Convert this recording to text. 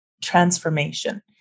transformation